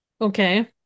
Okay